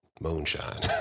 moonshine